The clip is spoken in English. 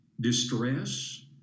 distress